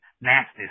nasty